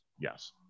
Yes